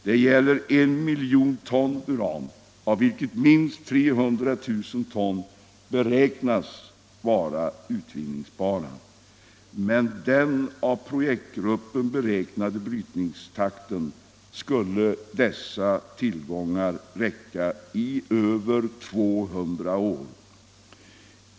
Det gäller I miljon ton uran, av vilken kvantitet minst 300 000 ton beräknas vara utvinningsbara. Med den av projektgruppen beräknade brytningstakten skulle dessa tillgångar räcka i över 200 år.